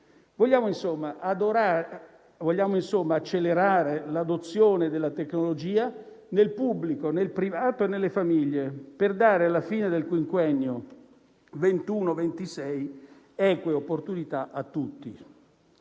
Vogliamo, insomma, accelerare l'adozione della tecnologia nel pubblico, nel privato e nelle famiglie per dare alla fine del quinquennio 2021-2026 eque opportunità a tutti,